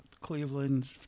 Cleveland